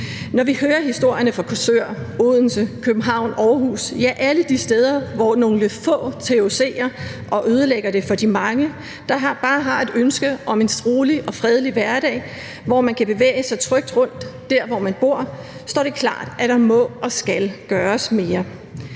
Når vi hører historierne fra Korsør, Odense, København, Aarhus – ja, alle de steder, hvor nogle få terroriserer og ødelægger det for de mange, der bare har et ønske om en rolig og fredelig hverdag, hvor man kan bevæge sig trygt rundt der, hvor man bor – står det klart, at der må og skal gøres mere.